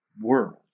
world